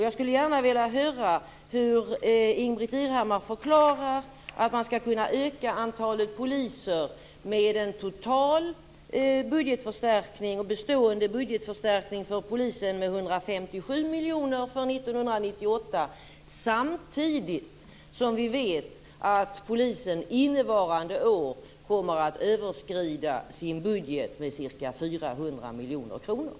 Jag skulle gärna vilja höra hur Ingbritt Irhammar förklarar att man skall kunna öka antalet poliser med en total bestående budgetförstärkning för polisen med 157 miljoner för 1998 samtidigt som vi vet att polisen innevarande år kommer att överskrida sin budget med ca 400 miljoner kronor.